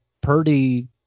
purdy